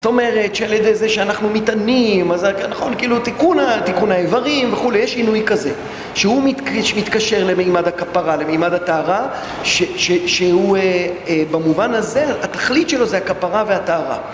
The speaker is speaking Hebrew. זאת אומרת, שעל יד זה שאנחנו מתענים, נכון, כאילו, תיקון האיברים, וכולי, יש עינוי כזה שהוא מתקשר למימד הכפרה, למימד הטהרה, שהוא במובן הזה, התכלית שלו זה הכפרה והטהרה